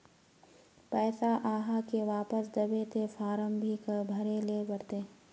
पैसा आहाँ के वापस दबे ते फारम भी भरें ले पड़ते?